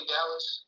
Dallas